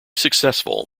successful